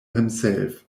himself